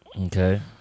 Okay